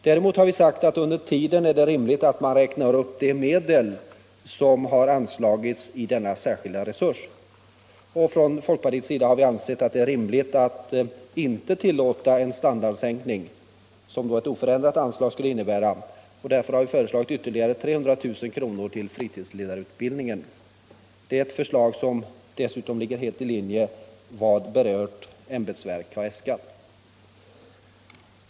Däremot har vi sagt att det under tiden är rimligt att räkna upp de medel som har anslagits i denna särskilda resurs. Från folkpartiets sida har vi ansett det vara rimligt att inte tillåta en standardsänkning som ett oförändrat anslag skulle innebära. Därför har vi föreslagit ytterligare 300 000 kr. till fritidsledarutbildningen. Det är ett förslag som ligger helt i linje med vad berört ämbetsverk har äskat.